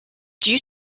due